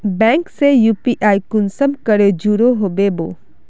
Bank से UPI कुंसम करे जुड़ो होबे बो?